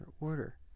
order